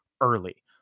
early